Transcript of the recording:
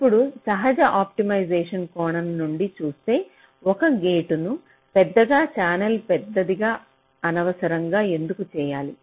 ఇప్పుడు సహజ ఆప్టిమైజేషన్ కోణంలో నుండి చూస్తే ఒక గేటును పెద్దదిగా ఛానెల్ పెద్దదిగా అనవసరంగా ఎందుకు చేయాలి